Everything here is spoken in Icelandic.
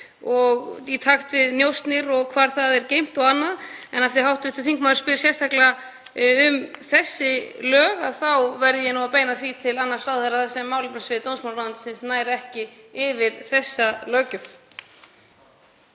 í takt við njósnir og hvar þetta er geymt og annað. En af því að hv. þingmaður spyr sérstaklega um þessi lög þá verð ég nú að beina því til annars ráðherra þar sem málefnasvið dómsmálaráðuneytisins nær ekki yfir þessa löggjöf.